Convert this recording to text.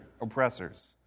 oppressors